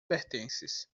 pertences